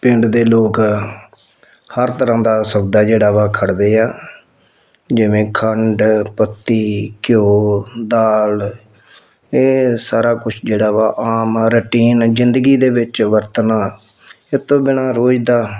ਪਿੰਡ ਦੇ ਲੋਕ ਹਰ ਤਰ੍ਹਾਂ ਦਾ ਸੌਦਾ ਜਿਹੜਾ ਵਾ ਖੜ੍ਹਦੇ ਆ ਜਿਵੇਂ ਖੰਡ ਪੱਤੀ ਘਿਓ ਦਾਲ ਇਹ ਸਾਰਾ ਕੁਛ ਜਿਹੜਾ ਵਾ ਆਮ ਰਟੀਨ ਜ਼ਿੰਦਗੀ ਦੇ ਵਿੱਚ ਵਰਤਣਾ ਇਹ ਤੋਂ ਬਿਨਾ ਰੋਜ਼ ਦਾ